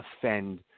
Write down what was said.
offend